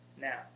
Now